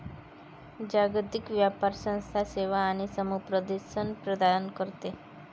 जागतिक व्यापार संस्था सेवा आणि समुपदेशन प्रदान करते